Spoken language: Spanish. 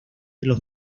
los